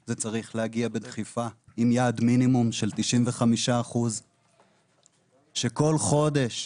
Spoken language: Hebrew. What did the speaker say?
זה צריך להגיע בדחיפה עם יעד מינימום של 95% שכל חודש